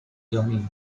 yummy